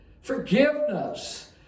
Forgiveness